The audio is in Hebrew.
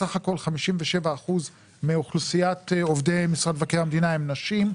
בסך הכול 57% מאוכלוסיית עובדי משרד מבקר המדינה הם נשים.